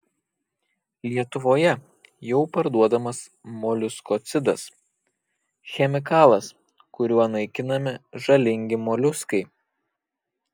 lietuvoje jau parduodamas moliuskocidas chemikalas kuriuo naikinami žalingi moliuskai